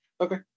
Okay